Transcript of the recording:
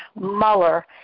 Mueller